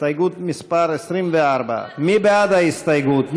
הסתייגות מס' 24. מי בעד ההסתייגות?